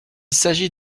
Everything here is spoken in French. s’agit